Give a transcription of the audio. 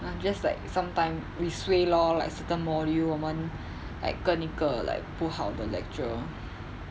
I'm just like sometime we suay lor like certain module 我们 like 跟一个 like 不好的 lecturer